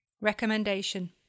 Recommendation